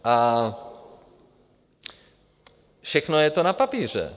A všechno je to na papíře.